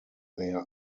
there